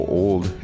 old